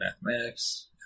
mathematics